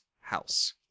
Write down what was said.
house